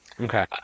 Okay